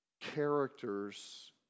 characters